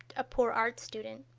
a poor art student.